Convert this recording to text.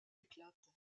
éclate